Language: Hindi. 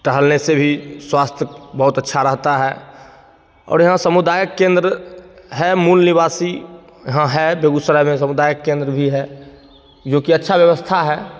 टहलने से भी स्वास्थय बहुत अच्छा रहता है और यहाँ समुदाय केंद्र है मूल निवासी यहाँ है बेगुसराय में समुदाय केंद्र भी है जो कि अच्छा व्यवस्था है